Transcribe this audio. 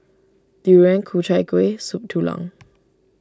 Durian Ku Chai Kuih Soup Tulang